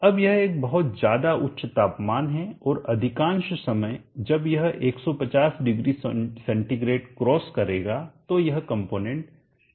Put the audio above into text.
अब यह एक बहुत ज्यादा उच्च तापमान है और अधिकांश समय जब यह 1500C क्रॉस करेगा तो यह कंपोनेंट जल जाएगा